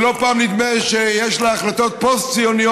שלא פעם נדמה שיש לה החלטות פוסט-ציונית,